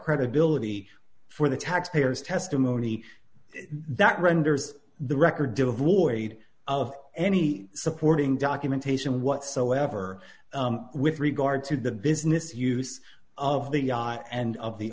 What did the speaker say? credibility for the taxpayers testimony that renders the record devoid of any supporting documentation whatsoever with regard to the business use of the yacht and of the